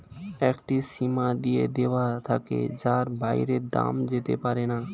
একটি সীমা দিয়ে দেওয়া থাকে যার বাইরে দাম যেতে পারেনা